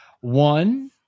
one